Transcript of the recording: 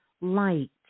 light